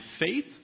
faith